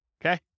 okay